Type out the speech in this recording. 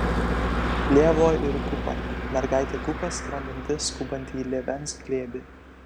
lėvuo ir kupa mergaitė kupa skrendanti skubanti į lėvens glėbį